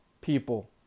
people